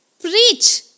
preach